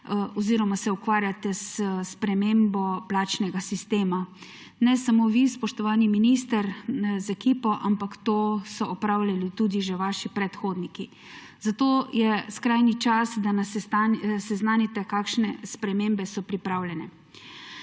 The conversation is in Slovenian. oziroma se ukvarjate s spremembo plačnega sistema. Ne samo vi, spoštovani minister z ekipo, ampak to so opravljali tudi že vaši predhodniki. Zato je skrajni čas, da nas seznanite, kakšne spremembe so pripravljene.